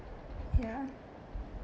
ya